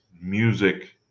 music